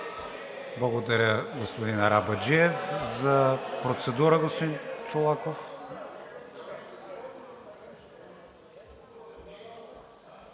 Благодаря, господин Арабаджиев. За процедура – господин Чолаков.